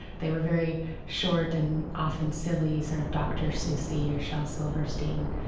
they were very short and often silly sort of dr. suessy or shel silversteiny,